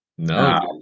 No